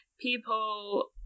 people